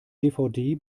dvd